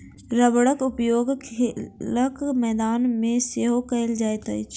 रबड़क उपयोग खेलक मैदान मे सेहो कयल जाइत अछि